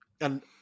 And-